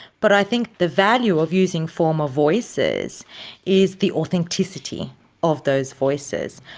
but i think the value of using former voices is the authenticity of those voices.